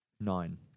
Nine